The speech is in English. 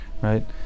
Right